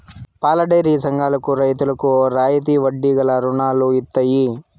పాలడైరీ సంఘాలకు రైతులకు రాయితీ వడ్డీ గల రుణాలు ఇత్తయి